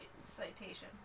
citation